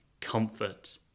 comfort